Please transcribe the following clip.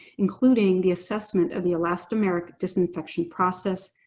including the assessment of the elastomeric disinfection process,